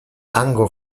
hango